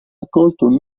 accolto